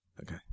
Okay